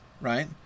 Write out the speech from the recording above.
Right